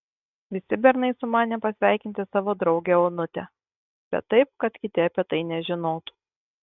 visi bernai sumanė pasveikinti savo draugę onutę bet taip kad kiti apie tai nežinotų